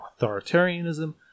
authoritarianism